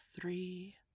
three